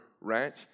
Ranch